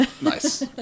Nice